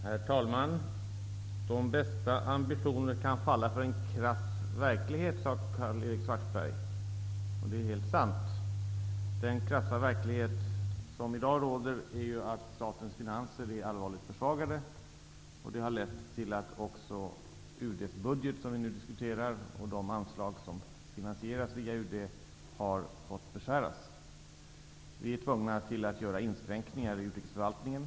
Herr talman! De bästa ambitioner kan falla för en krass verklighet, sade Karl-Erik Svartberg. Det är helt sant. Den krassa verklighet som råder i dag innebär att statens finanser är allvarligt försvagade. Det har också lett till att UD:s budget, som vi nu diskuterar, och de anslag som finansieras via UD har fått beskäras. Vi är tvungna att göra inskränkningar i utrikesförvaltningen.